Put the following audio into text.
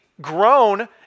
grown